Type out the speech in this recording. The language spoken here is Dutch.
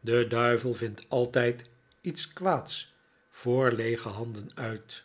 de duivel vindt altijd iets kwaads voor leege handen uit